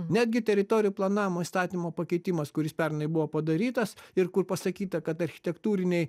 netgi teritorijų planavimo įstatymo pakeitimas kuris pernai buvo padarytas ir kur pasakyta kad architektūriniai